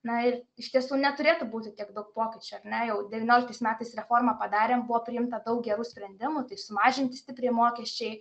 na ir iš tiesų neturėtų būti tiek daug pokyčių ar ne jau devynioliktais metais reformą padarėm buvo priimta daug gerų sprendimų tai sumažinti stipriai mokesčiai